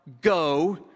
go